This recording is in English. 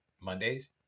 Mondays